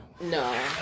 No